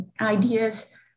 ideas